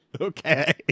Okay